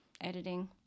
editing